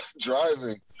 driving